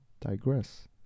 Digress